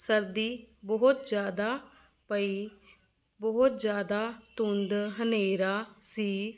ਸਰਦੀ ਬਹੁਤ ਜ਼ਿਆਦਾ ਪਈ ਬਹੁਤ ਜ਼ਿਆਦਾ ਧੁੰਦ ਹਨੇਰਾ ਸੀ